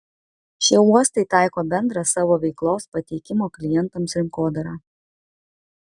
šie uostai taiko bendrą savo veiklos pateikimo klientams rinkodarą